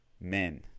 men